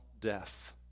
death